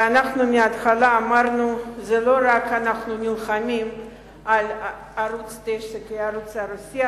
ואנחנו מההתחלה אמרנו שזה לא שאנחנו נלחמים רק על ערוץ-9 כערוץ הרוסי,